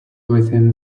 within